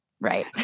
right